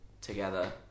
together